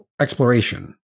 exploration